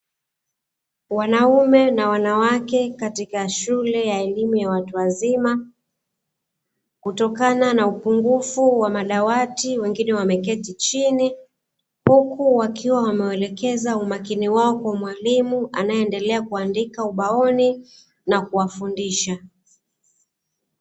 Wanaume na wanawake katika shule ya elimu ya watu wazima, kutokana na upungufu wa madawati wengine wameketi chini, huku wakiwa wameelekeza umakini wao kwa mwalimu anayendelea kuandika ubaoni na kuwafundisha.